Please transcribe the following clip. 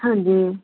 ਹਾਂਜੀ ਜੀ